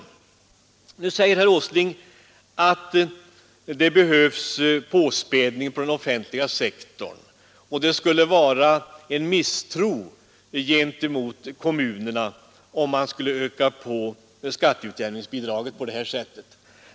Nu säger herr Åsling att det behövs en påspädning på den offentliga sektorn och att det skulle innebära misstro gentemot kommunerna, om man inte ökar på skatteutjämningsbidraget på det här sättet.